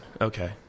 Okay